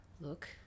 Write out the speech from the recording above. Look